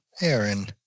Aaron